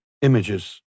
images